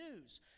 news